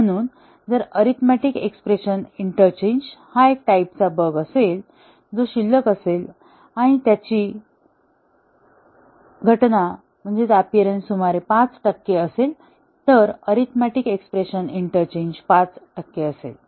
म्हणून जर arithmetic expression interchange हा एक टाईपचा बग असेल जो शिल्लक असेल आणि त्याची घटना सुमारे 5 टक्के असेल तर अरीथमेटिक एक्स्प्रेशन इंटरचेन्ज 5 टक्के असेल